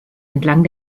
entlang